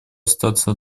остаться